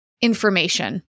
information